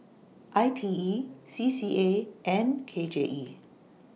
I T E C C A and K J E